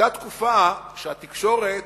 היתה תקופה שהתקשורת,